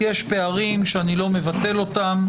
יש פערים שאני לא מבטל אותם.